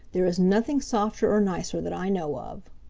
there is nothing softer or nicer that i know of.